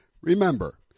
Remember